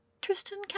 Tristan